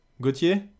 Gauthier